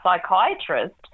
psychiatrist